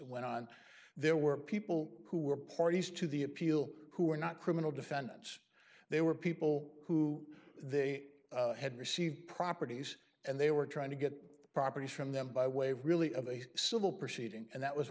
went on there were people who were parties to the appeal who were not criminal defendants they were people who they had received properties and they were trying to get property from them by way of really of a civil proceeding and that was